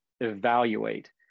evaluate